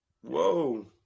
Whoa